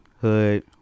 Hood